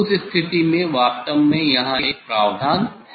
उस स्थिति में वास्तव में यहाँ एक प्रावधान है